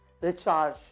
Recharge